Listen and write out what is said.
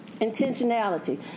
intentionality